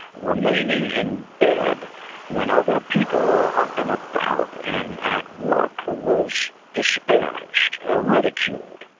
remaining in bed when other people were up and about and at work was disparaged, ah ridiculed.